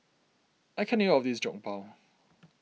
I can't eat all of this Jokbal